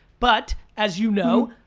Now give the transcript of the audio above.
but as you know,